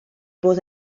bod